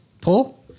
Paul